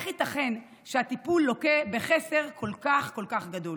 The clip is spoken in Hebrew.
איך ייתכן שהטיפול לוקה בחסר כל כך כל כך גדול?